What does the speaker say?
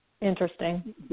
Interesting